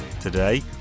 today